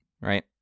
right